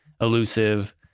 elusive